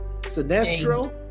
Sinestro